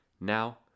Now